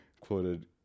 Quoted